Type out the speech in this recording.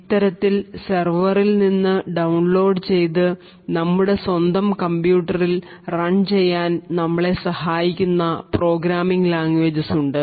ഇത്തരത്തിൽ സർവറിൽ നിന്ന് ഡൌൺലോഡ് ചെയ്തു നമ്മുടെ സ്വന്തം കമ്പ്യൂട്ടറിൽ റൺ ചെയ്യാൻ നമ്മളെ സഹായിക്കുന്ന പ്രോഗ്രാമിങ് ലാംഗ്വേജസ് ഉണ്ട്